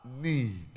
need